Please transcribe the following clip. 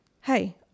hey